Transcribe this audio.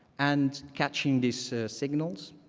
and catching these signals,